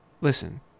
listen